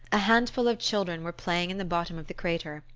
a handful of children were playing in the bottom of the crater,